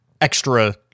extra